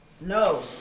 No